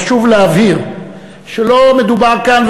חשוב להבהיר שלא מדובר כאן,